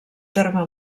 terme